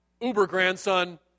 uber-grandson